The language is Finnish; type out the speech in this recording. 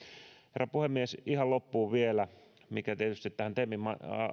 herra puhemies ihan loppuun vielä se mikä tietysti tähän temin